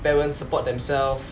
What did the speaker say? parents support themselves